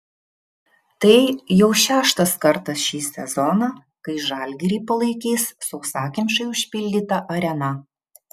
tai jau šeštas kartas šį sezoną kai žalgirį palaikys sausakimšai užpildyta arena